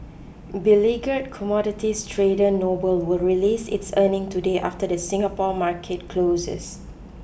beleaguered commodities trader Noble will release its earnings today after the Singapore market closes